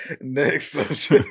Next